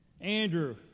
Andrew